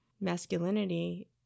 masculinity